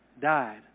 Died